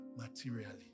materially